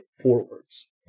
forwards